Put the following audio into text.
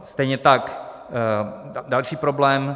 Stejně tak další problém.